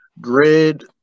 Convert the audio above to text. Grid